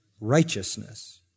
righteousness